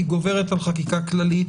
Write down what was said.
היא גוברת על חקיקה כללית,